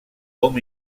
hom